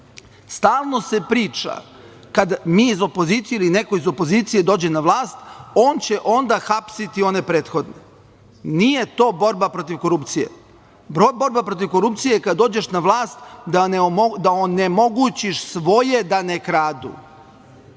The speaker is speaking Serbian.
se priča, kad mi iz opozicije ili neko iz opozicije dođe na vlast, on će onda hapsiti one prethodne. Nije to borba protiv korupcije. Borba protiv korupcije je kad dođeš na vlast da onemogućiš svoje da ne kradu.